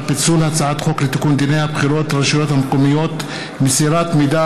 פיצול הצעת חוק לתיקון דיני הבחירות לרשויות המקומיות (מסירת מידע